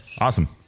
awesome